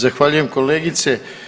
Zahvaljujem kolegice.